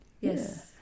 yes